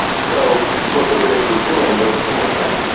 so what the british were doing was in effect,